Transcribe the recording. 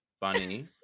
bunny